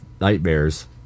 nightmares